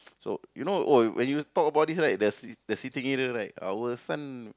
so you know oh when you talk about this the the city gainer right our son